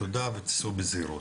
תודה וסעו בזהירות.